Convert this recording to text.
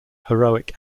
heroic